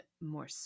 more